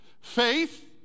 faith